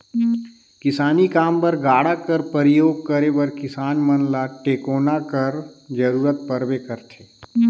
किसानी काम बर गाड़ा कर परियोग करे बर किसान मन ल टेकोना कर जरूरत परबे करथे